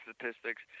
statistics